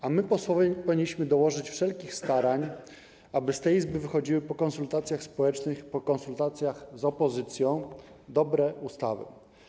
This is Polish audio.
A my, posłowie, powinniśmy dołożyć wszelkich starań, aby z tej Izby wychodziły po konsultacjach społecznych, po konsultacjach z opozycją dobre ustawy.